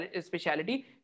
speciality